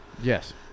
Yes